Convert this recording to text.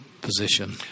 position